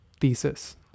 thesis